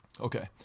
Okay